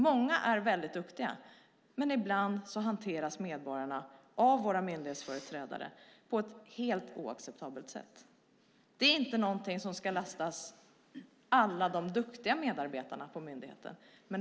Många myndighetsföreträdare är duktiga, men ibland hanteras medborgarna på ett helt oacceptabelt sätt. Det ska inte lastas alla de duktiga medarbetarna på myndigheten.